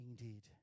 indeed